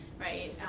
right